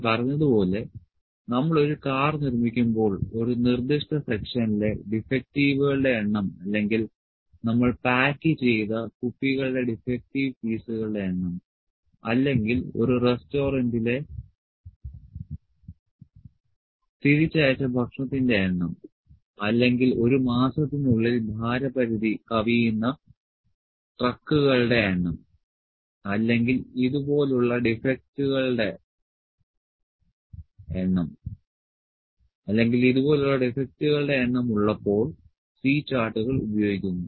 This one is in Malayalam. ഞാൻ പറഞ്ഞതുപോലെ നമ്മൾ ഒരു കാർ നിർമ്മിക്കുമ്പോൾ ഒരു നിർദ്ദിഷ്ട സെക്ഷനിലെ ഡിഫക്റ്റീവുകളുടെ എണ്ണം അല്ലെങ്കിൽ നമ്മൾ പായ്ക്ക് ചെയ്ത കുപ്പികളുടെ ഡിഫെക്ടിവ് പീസുകളുടെ എണ്ണം അല്ലെങ്കിൽ ഒരു റെസ്റ്റോറന്റിലെ തിരിച്ചയച്ച ഭക്ഷണത്തിന്റെ എണ്ണം അല്ലെങ്കിൽ ഒരു മാസത്തിനുള്ളിൽ ഭാര പരിധി കവിയുന്ന ട്രക്കുകളുടെ എണ്ണം അല്ലെങ്കിൽ ഇതുപോലുള്ള ഡിഫെക്ടുകളുടെ എണ്ണം ഉള്ളപ്പോൾ C ചാർട്ടുകൾ ഉപയോഗിക്കുന്നു